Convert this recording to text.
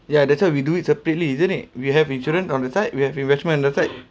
ya that's why we do it separately isn't it we have insurance on the side we have investment on the side